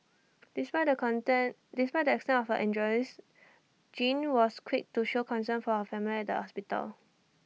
despite the content despite the extent of her injures Jean was quick to show concern for her family at the hospital